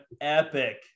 epic